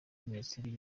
minisiteri